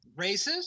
racist